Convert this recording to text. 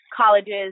colleges